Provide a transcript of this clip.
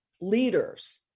leaders